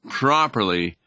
properly